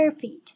feet